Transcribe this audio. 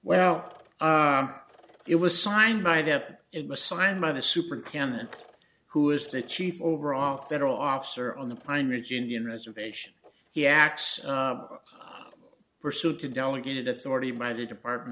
welp it was signed by dad it was signed by the super cannon who is the chief overall federal officer on the pine ridge indian reservation he acts pursued to delegated authority by the department